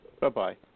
bye-bye